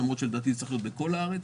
למרות שלדעתי זה צריך להיות בכל הארץ.